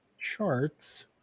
charts